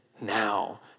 now